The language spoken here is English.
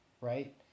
right